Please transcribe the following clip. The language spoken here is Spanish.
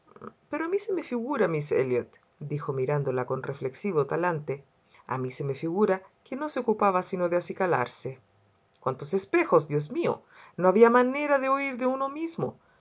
pero a mí se me figura miss elliot dijo mirándola con reflexivo talante a mí se me figura que no se ocupaba sino de acicalarse cuántos espejos dios mío no había manera de huir de uno mismo